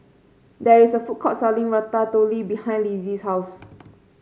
there is a food court selling Ratatouille behind Litzy's house